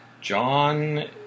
John